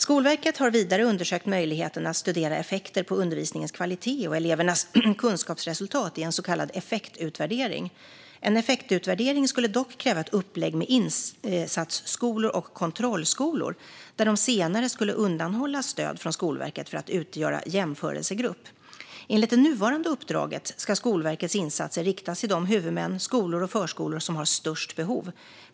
Skolverket har vidare undersökt möjligheten att studera effekter på undervisningens kvalitet och elevernas kunskapsresultat i en så kallad effektutvärdering. En effektutvärdering skulle dock kräva ett upplägg med insatsskolor och kontrollskolor, där de senare skulle undanhållas stöd från Skolverket för att utgöra jämförelsegrupp. Enligt det nuvarande uppdraget ska Skolverkets insatser riktas till de huvudmän, skolor och förskolor som har störst behov.